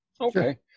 Okay